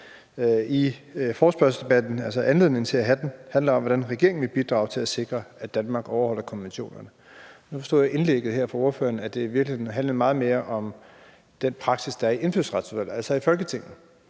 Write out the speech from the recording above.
af opklarende karakter. Anledningen til at have forespørgselsdebatten er, hvordan regeringen vil bidrage til at sikre, at Danmark overholder konventionerne. Nu forstod jeg på indlægget fra ordføreren, at det i virkeligheden handlede meget mere om den praksis, der er i Indfødsretsudvalget, altså i Folketinget.